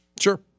Sure